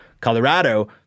Colorado